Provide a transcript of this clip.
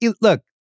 Look